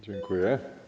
Dziękuję.